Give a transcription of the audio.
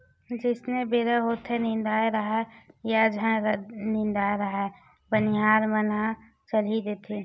जइसने बेरा होथेये निदाए राहय या झन निदाय राहय बनिहार मन ह चली देथे